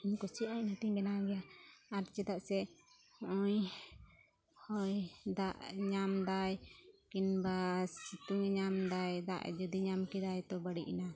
ᱤᱧ ᱠᱩᱥᱤᱭᱟᱜᱼᱟᱹᱧ ᱤᱱᱟᱹᱛᱮᱧ ᱵᱮᱱᱟᱣ ᱜᱮᱭᱟ ᱟᱨ ᱪᱮᱫᱟᱜ ᱥᱮ ᱱᱚᱜᱼᱚᱭ ᱦᱚᱭ ᱫᱟᱜ ᱧᱟᱢ ᱮᱫᱟᱭ ᱠᱤᱝᱵᱟ ᱥᱤᱛᱩᱝ ᱮ ᱧᱟᱢ ᱮᱫᱟᱭ ᱫᱟᱜ ᱡᱩᱫᱤ ᱧᱟᱢ ᱠᱮᱫᱟᱭ ᱛᱚ ᱵᱟᱹᱲᱤᱡ ᱮᱱᱟ